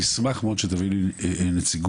אני אשמח מאוד שתביאי לי נציגות